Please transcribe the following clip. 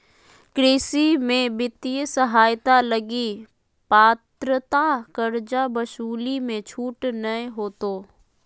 कृषि में वित्तीय सहायता लगी पात्रता कर्जा वसूली मे छूट नय होतो